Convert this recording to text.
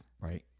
Right